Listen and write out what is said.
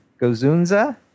Gozunza